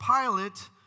Pilate